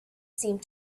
seemed